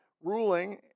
ruling